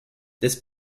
this